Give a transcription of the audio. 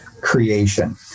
creation